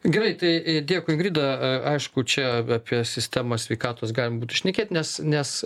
gerai tai dėkui ingrida aišku čia apie sistemą sveikatos galim šnekėt nes nes